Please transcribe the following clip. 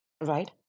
right